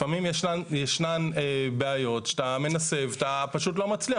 לפעמים ישנן בעיות שאתה מנסה ואתה פשוט לא מצליח.